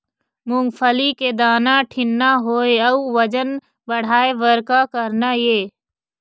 मूंगफली के दाना ठीन्ना होय अउ वजन बढ़ाय बर का करना ये?